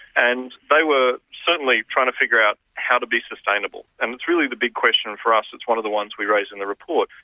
and they were certainly trying to figure out how to be sustainable. and it's really the big question for us, it's one of the ones we raise in the report,